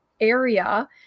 area